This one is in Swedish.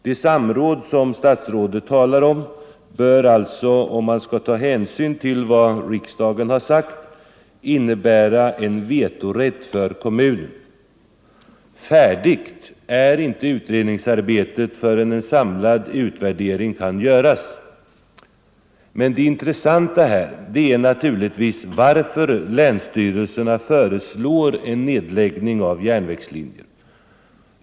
Det samråd som statsrådet talar om bör alltså, om man skall ta hänsyn till vad riksdagen sagt, innebära en vetorätt för kommunen. Färdigt är inte utredningsarbetet förrän en samlad utvärdering kan göras. Men det intressanta är naturligtvis varför länsstyrelserna föreslår en nedläggning av järnvägslinjer.